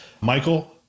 Michael